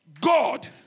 God